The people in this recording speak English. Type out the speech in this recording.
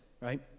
right